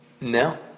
No